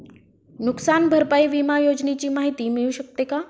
नुकसान भरपाई विमा योजनेची माहिती मिळू शकते का?